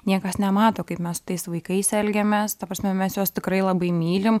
niekas nemato kaip mes su tais vaikais elgiamės ta prasme mes juos tikrai labai mylim